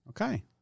Okay